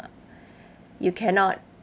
you cannot